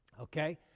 okay